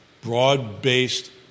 broad-based